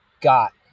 got